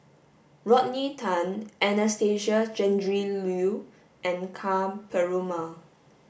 Rodney Tan Anastasia Tjendri Liew and Ka Perumal